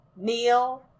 Neil